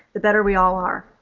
the better we all are.